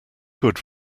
good